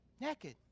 naked